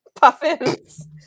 puffins